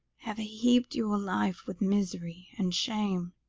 have heaped your life with misery and shame